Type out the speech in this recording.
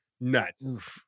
nuts